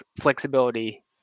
flexibility